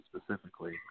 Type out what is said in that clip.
specifically